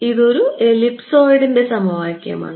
ഇത് ഒരു എലിപ്സോയ്ഡിൻറെ സമവാക്യമാണ്